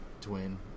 twin